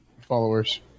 followers